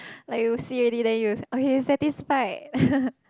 like you see already then you okay satisfied